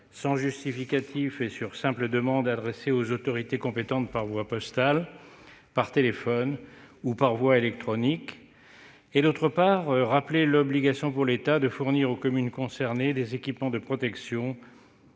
sans justificatif et sur simple demande adressée aux autorités compétentes par voie postale, par téléphone ou par voie électronique. Je me réjouis également qu'il ait rappelé l'obligation pour l'État de fournir aux communes concernées des équipements de protection